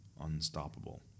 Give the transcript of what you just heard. Unstoppable